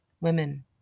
women